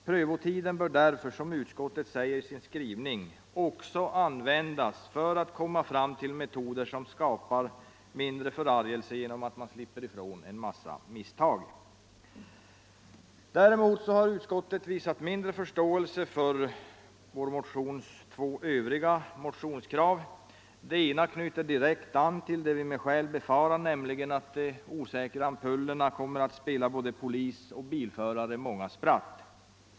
Prövotiden bör därför, som utskottet säger i sin skrivning, användas också för att man skall komma fram till metoder som skapar mindre förargelse genom att man slipper ifrån en massa misstag. Däremot har utskottet visat mindre förståelse för våra två övriga motionskrav. Det ena knyter direkt an till vad vi med skäl befarar, nämligen att de osäkra ampullerna kommer att spela både polis och bilförare många spratt.